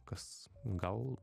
kas gal